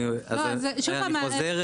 שוב פעם,